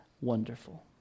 wonderful